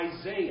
Isaiah